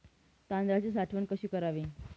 तांदळाची साठवण कशी करावी?